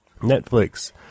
Netflix